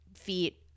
feet